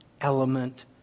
element